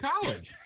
college